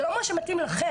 זה לא מה שמתאים לכם,